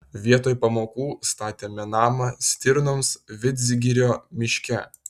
vietoj pamokų statėme namą stirnoms vidzgirio miške